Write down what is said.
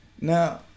Now